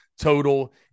total